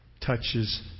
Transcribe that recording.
touches